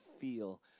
feel